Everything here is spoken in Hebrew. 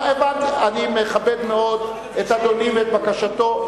אני מכבד מאוד את אדוני ואת בקשתו.